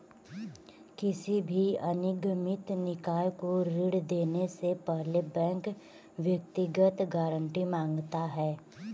किसी भी अनिगमित निकाय को ऋण देने से पहले बैंक व्यक्तिगत गारंटी माँगता है